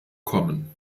kommen